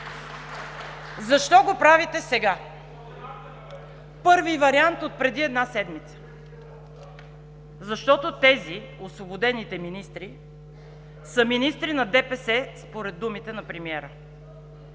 Защо го правите сега? Първи вариант, отпреди една седмица: защото тези, освободените министри, са министри на ДПС, според думите на премиера.